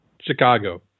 Chicago